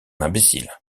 imbécile